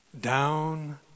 down